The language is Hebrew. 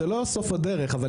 זה לא סוף הדרך,